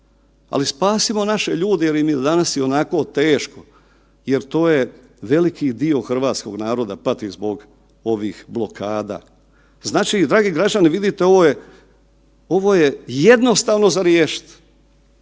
ali spasimo naše ljude jel im je danas i onako teško jer to je veliki dio hrvatskog naroda pati zbog ovih blokada. Znači dragi građani vidite ovo je jednostavno za riješiti.